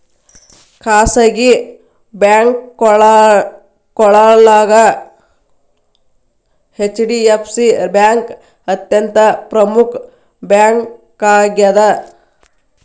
ಖಾಸಗಿ ಬ್ಯಾಂಕೋಳಗ HDFC bank ಅತ್ಯಂತ ಪ್ರಮುಖ್ ಬ್ಯಾಂಕಾಗ್ಯದ